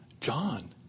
John